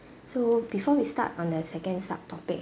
so uh before we start on the second subtopic